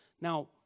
Now